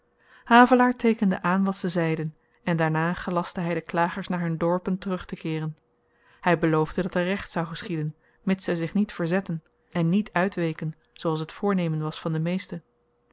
havelaar teekende aan wat ze zeiden en daarna gelastte hy de klagers naar hun dorp terugtekeeren hy beloofde dat er recht zou geschieden mits zy zich niet verzetten en niet uitweken zooals t voornemen was van de meesten